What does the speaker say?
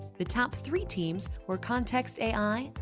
the top three teams were context ai,